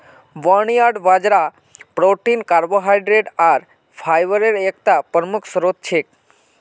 barnyard बाजरा protein carbohydrate आर फाईब्रेर एकता प्रमुख स्रोत छिके